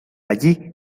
allí